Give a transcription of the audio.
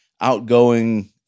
outgoing